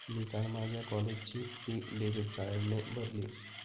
मी काल माझ्या कॉलेजची फी डेबिट कार्डने भरली